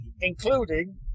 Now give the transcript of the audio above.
including